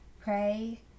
Pray